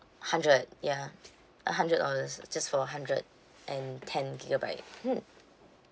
hundred ya a hundred dollars just for a hundred and ten gigabyte hmm